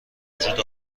بوجود